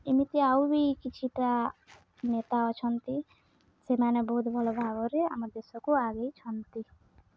ଏମିତି ଆଉ ବି କିଛିଟା ନେତା ଅଛନ୍ତି ସେମାନେ ବହୁତ ଭଲ ଭାବରେ ଆମ ଦେଶକୁ ଆଗେଇଛନ୍ତି